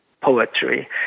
Poetry